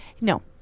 No